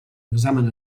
examen